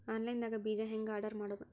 Online ದಾಗ ಬೇಜಾ ಹೆಂಗ್ ಆರ್ಡರ್ ಮಾಡೋದು?